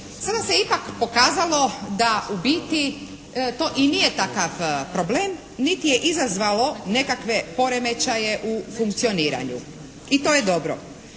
Sada se ipak pokazalo da u biti to i nije takav problem niti je izazvalo nekakve poremećaje u funkcioniranju. I to je dobro.